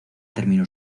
terminó